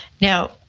Now